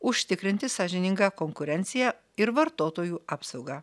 užtikrinti sąžiningą konkurenciją ir vartotojų apsaugą